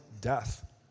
death